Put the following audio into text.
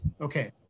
Okay